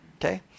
Okay